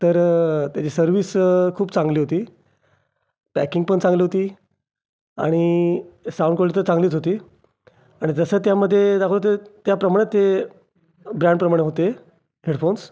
तर त्याची सर्व्हिस खूप चांगली होती पॅकिंगपण चांगलं होती आणि साउंड क्वाल्टी तर चांगलीच होती आणि जसं त्यामध्ये दाखवलं होतं त्याप्रमाणे ते ब्रॅण्डप्रमाणे होते हेडफोन्स